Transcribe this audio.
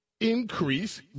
increase